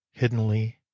hiddenly